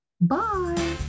Bye